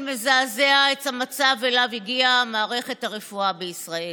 מזעזע את המצב שאליו הגיעה מערכת הרפואה בישראל.